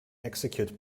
execute